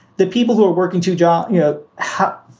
the people who are working two jobs, you know how,